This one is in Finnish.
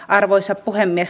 arvoisa puhemies